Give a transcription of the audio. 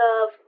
love